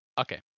okay